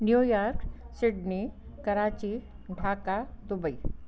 New York Sydney Karachi Dhaka Dubai